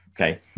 Okay